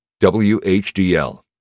WHDL